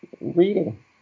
reading